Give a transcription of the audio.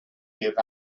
give